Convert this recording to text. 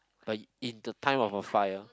uh in the time of a fire